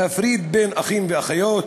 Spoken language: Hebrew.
להפריד בין אחים ואחיות,